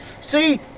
See